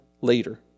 later